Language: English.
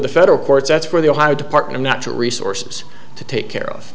the federal courts that's where the ohio department natural resources to take care of